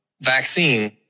vaccine